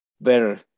better